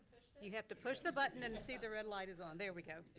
you have to push the button and you see the red light is on. there we go.